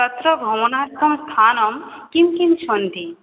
तत्र भ्रमणार्थं स्थानं किं किं सन्ति